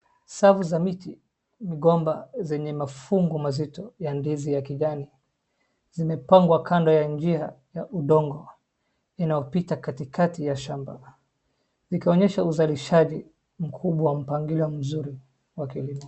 Savu za miti ni gomba zini mafungu mazito ya ndizi ya kidani. Zimepangwa kando ya njia ya udongo, inaopita katikati ya shamba. Zikionyesha uzalishaji mkubwa wa mpangilio mzuri wa kilimo.